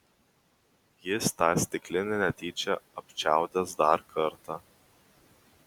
jis tą stiklinę netyčia apčiaudės dar kartą